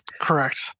Correct